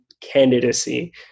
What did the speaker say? candidacy